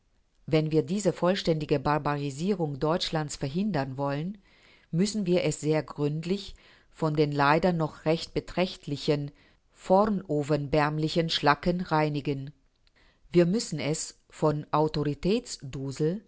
wenn wir diese vollständige barbarisierung deutschlands verhindern wollen müssen wir es sehr gründlich von den leider noch recht beträchtlichen vornovemberlichen schlacken reinigen wir müssen es von